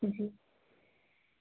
جی